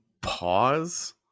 pause